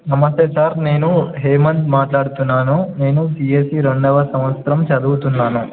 నమస్తే సార్ నేను హేమంత్ మాట్లాడుతున్నాను నేను సీఎస్సి రెండవ సంవత్సరం చదువుతున్నాను